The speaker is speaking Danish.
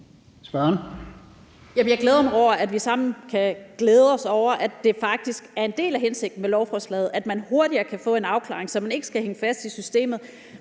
jeg glæder mig over, at vi sammen kan glæde os over, at det faktisk er en del af hensigten med lovforslaget, at man hurtigere kan få en afklaring, så man ikke skal hænge fast i systemet.